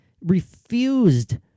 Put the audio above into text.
refused